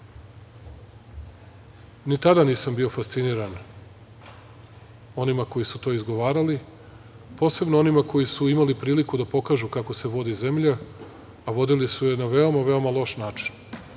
Ni tada nisam bio fasciniran onima koji su to izgovarali, posebno onima koji su imali priliku da pokažu kako se vodi zemlja, a vodili su je na veoma, veoma loš način,